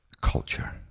culture